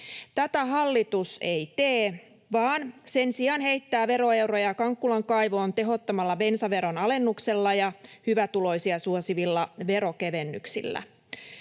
Tätä hallitus ei tee vaan sen sijaan heittää veroeuroja Kankkulan kaivoon tehottomalla bensaveron alennuksella ja hyvätuloisia suosivilla veronkevennyksillä.